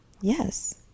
Yes